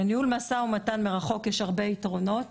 לניהול משא-ומתן מרחוק יש הרבה יתרונות